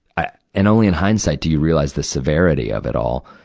ah and only in hindsight do you realize the severity of it all.